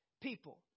people